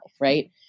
right